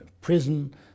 prison